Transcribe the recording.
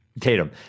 Tatum